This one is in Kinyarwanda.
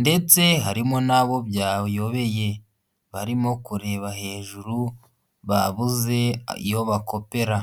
ndetse harimo n'abo byayobeye, barimo kureba hejuru, babuze iyo bakopera.